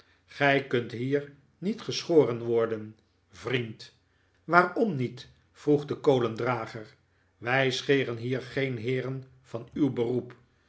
gij kunt hier niet geschoren worden vriend waarom niet vroeg de kolendrager wij scheren hier geen heeren van uw beroep